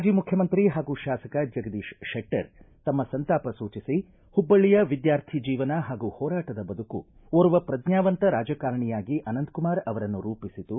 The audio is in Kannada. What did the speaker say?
ಮಾಜಿ ಮುಖ್ಯಮಂತ್ರಿ ಹಾಗೂ ಶಾಸಕ ಜಗದೀಶ ಶೆಟ್ಟರ್ ತಮ್ಮ ಸಂತಾಪ ಸೂಚಿಸಿ ಹುಬ್ಬಳ್ಳಿಯ ವಿದ್ವಾರ್ಥಿ ಜೀವನ ಹಾಗೂ ಹೋರಾಟದ ಬದುಕು ಓರ್ವ ಪ್ರಜ್ಞಾವಂತ ರಾಜಕಾರಣಿಯಾಗಿ ಅನಂತಕುಮಾರ ಅವರನ್ನು ರೂಪಿಸಿತು